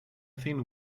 thin